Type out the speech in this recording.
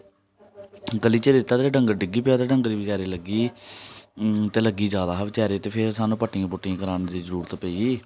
गली च लैता ते डंगर डिग्गी पेआ ते डंगरे गी बचारे गी लग्गी गेई ते लग्गी जादा ही बचारे गी ते फिर सानूं पट्टियां पुट्टियां कराने दी जरूरत पेई गेई